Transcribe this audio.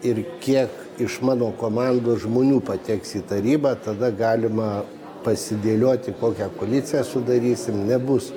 ir kiek iš mano komandos žmonių pateks į tarybą tada galima pasidėlioti kokią koaliciją sudarysime nebus